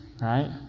right